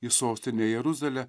į sostinę jeruzalę